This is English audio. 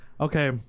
Okay